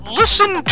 listen